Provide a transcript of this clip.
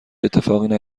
اتفاقی